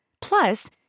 Plus